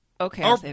Okay